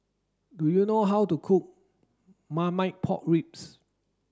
do you know how to cook Marmite Pork Ribs